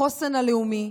החוסן הלאומי,